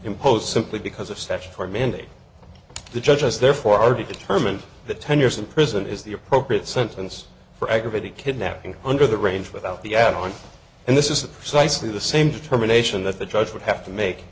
imposed simply because of steps for mandate the judge was therefore already determined that ten years in prison is the appropriate sentence for aggravated kidnapping under the range without the add on and this is so i see the same determination that the judge would have to make